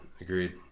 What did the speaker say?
agreed